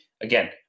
Again